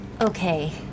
Okay